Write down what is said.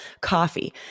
coffee